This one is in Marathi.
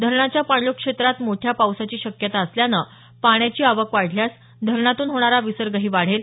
धरणाच्या पाणलोट क्षेत्रात मोठ्या पावसाची शक्यता असल्याने पाण्याची आवक वाढल्यास धरणातून होणारा विसर्गही वाढेल